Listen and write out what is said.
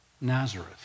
Nazareth